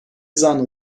zanlı